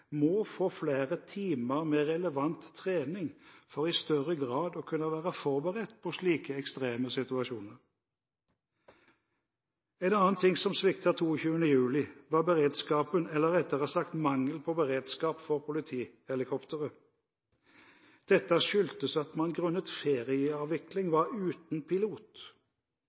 må få flere timer med relevant trening for i større grad å kunne være forberedt på slike ekstreme situasjoner. En annen ting som sviktet 22. juli, var beredskapen, eller rettere sagt mangel på beredskap, med hensyn til politihelikopteret. Dette skyldtes at man grunnet ferieavvikling var uten pilot.